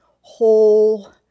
whole